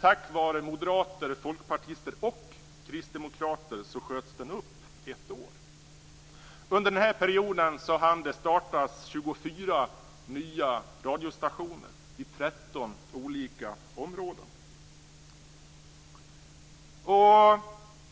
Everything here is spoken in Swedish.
Tack vare moderater, folkpartister och kristdemokrater sköts den upp ett år. Under denna period startades det